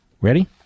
Ready